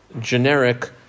generic